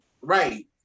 Right